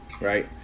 right